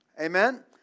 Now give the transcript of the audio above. Amen